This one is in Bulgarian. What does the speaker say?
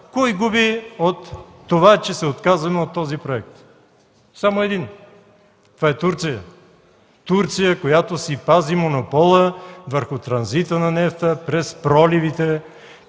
кой губи от това, че се отказваме от този проект? Само един – това е Турция. Турция, която си пази монопола върху транзита на нефта през проливите,